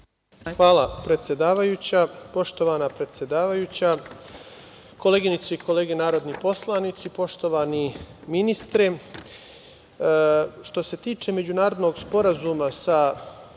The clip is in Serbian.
Hvala, predsedavajuća. Poštovana predsedavajuća, koleginice i kolege narodni poslanici, poštovani ministre, što se tiče međunarodnog sporazuma sa